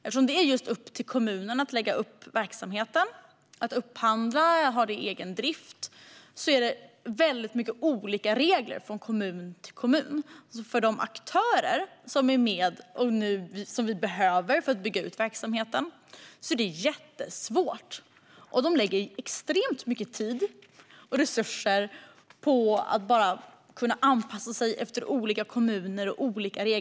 Eftersom det är upp till kommunen att lägga upp verksamheten, upphandla och ha egen drift är det många olika regler från kommun till kommun. För de aktörer som är med och som vi behöver för att bygga ut verksamheten blir det jättesvårt, och de lägger extremt mycket tid och resurser på att anpassa sig efter olika kommuner och regelverk.